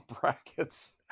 brackets